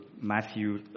Matthew